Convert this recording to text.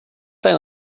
dein